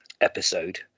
episode